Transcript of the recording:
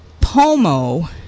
Pomo